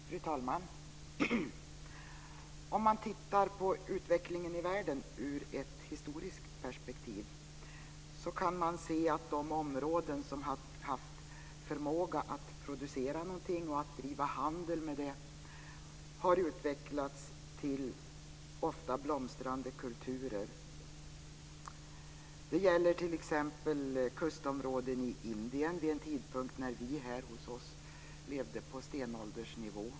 Fru talman! Om man tittar på utvecklingen i världen ur ett historiskt perspektiv kan man se att de områden som har haft förmåga att producera någonting och driva handel med det har utvecklats till ofta blomstrande kulturer. Det gäller t.ex. kustområden i Indien vid en tidpunkt då vi här hos oss levde på stenåldersnivå.